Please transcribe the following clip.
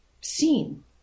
seen